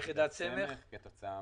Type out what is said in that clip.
ליחידת סמך כתוצאה